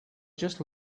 just